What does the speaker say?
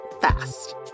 fast